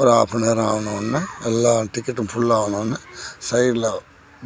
ஒரு half and hour ஆன ஒடனே எல்லா டிக்கெட்டும் ஃபுல் ஆன ஒடனே சைட்டில்